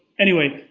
anyway,